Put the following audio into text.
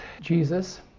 jesus